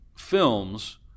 Films